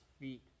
feet